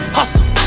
Hustle